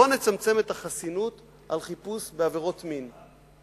בוא נצמצם את החסינות על חיפוש בעבירות מין,